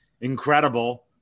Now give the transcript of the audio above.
Incredible